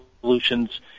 Solutions